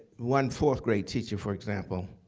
one fourth grade teacher, for example,